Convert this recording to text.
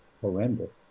horrendous